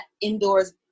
indoors